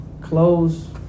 close